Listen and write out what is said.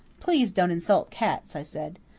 please don't insult cats, i said.